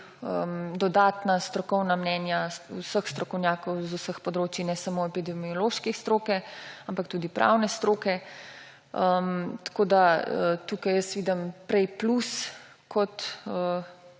dodatna strokovna mnenja vseh strokovnjakov z vseh področij, ne samo epidemiološke stroke, ampak tudi pravne stroke, tako da tukaj jaz vidim prej plus kot